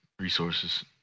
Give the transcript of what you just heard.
resources